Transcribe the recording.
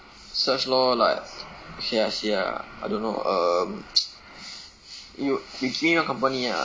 search lor like okay I see ah I don't know um you you see one company ah